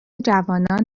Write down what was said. جوانان